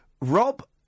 Rob